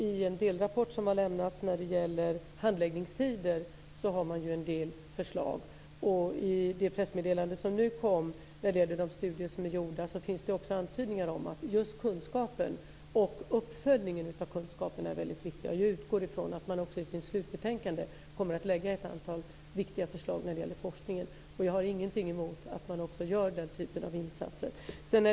I en delrapport som har lämnats om handläggningstider har man en del förslag. I det pressmeddelande som kom om de studier som är gjorda finns det också antydningar om att just kunskapen och uppföljningen av kunskap är väldigt viktiga. Jag utgår från att man i sitt slutbetänkande kommer att lägga fram ett antal viktiga förslag om forskningen. Jag har ingenting emot att man gör den typen av insatser.